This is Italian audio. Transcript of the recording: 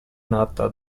nata